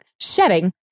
Shedding